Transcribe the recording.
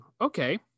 okay